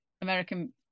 american